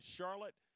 Charlotte